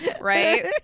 right